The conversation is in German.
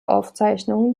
aufzeichnungen